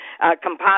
composite